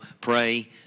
pray